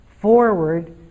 forward